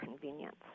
convenience